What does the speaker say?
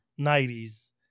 90s